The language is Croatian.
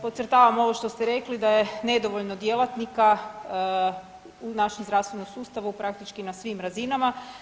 Podcrtavam ovo što ste rekli da je nedovoljno djelatnika u našem zdravstvenom sustavu praktički na svim razinama.